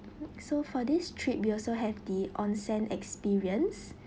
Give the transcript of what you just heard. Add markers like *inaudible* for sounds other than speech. *noise* so for this trip we also have the onsen experience